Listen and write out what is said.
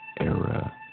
era